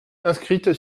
inscrite